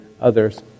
others